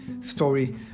story